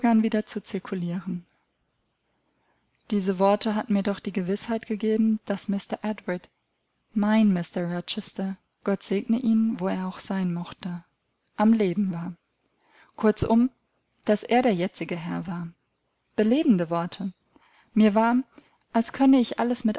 wieder zu cirkulieren diese worte hatten mir doch die gewißheit gegeben daß mr edward mein mr rochester gott segne ihn wo er auch sein mochte am leben war kurzum daß er der jetzige herr war belebende worte mir war als könne ich alles